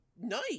night